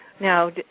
Now